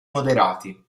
moderati